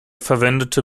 verwendete